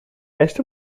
esta